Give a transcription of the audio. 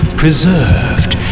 preserved